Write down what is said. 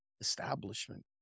establishment